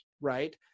right